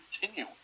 continue